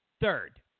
third